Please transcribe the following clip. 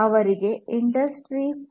ಅವರಿಗೆ ಇಂಡಸ್ಟ್ರೀ 4